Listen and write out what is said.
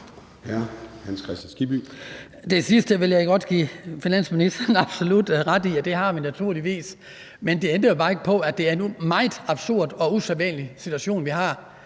Det sidste vil jeg godt give finansministeren ret i, absolut – det har jeg naturligvis. Men det ændrer jo bare ikke på, at det er en endog meget absurd og usædvanlig situation, vi har,